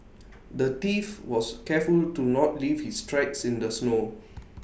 the thief was careful to not leave his tracks in the snow